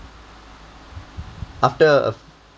after a